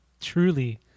truly